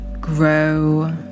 grow